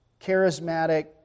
charismatic